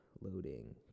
Loading